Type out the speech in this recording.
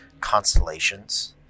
constellations